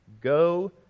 go